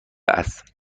است